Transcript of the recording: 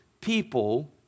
people